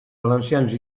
valencians